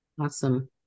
awesome